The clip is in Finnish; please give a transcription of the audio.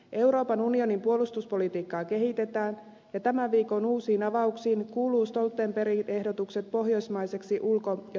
euroopan unionin puolustuspolitiikkaa kehitetään ja tämän viikon uusiin avauksiin kuuluvat stoltenbergin ehdotukset pohjoismaiseksi ulko ja turvallisuuspolitiikaksi